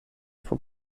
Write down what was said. vor